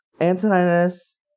Antoninus